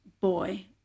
boy